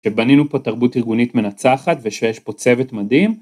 שבנינו פה תרבות ארגונית מנצחת ושיש פה צוות מדהים.